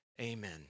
amen